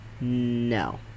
No